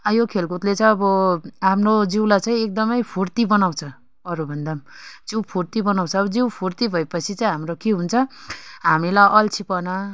यो खेलकुदले चाहिँ अब आफ्नो जिउलाई चाहिँ एकदम फुर्ती बनाउँछ अरू भन्दा जिउ फुर्ती बनाउँछ अब जिउ फुर्ती भए पछि चाहिँ हाम्रो के हुन्छ हामीलाई अल्छीपना